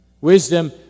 Wisdom